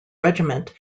regiment